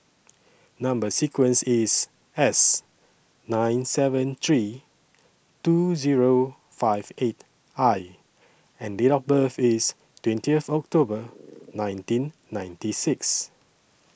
Number sequence IS S nine seven three two Zero five eight I and Date of birth IS twentieth October nineteen ninety six